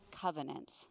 covenant